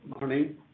morning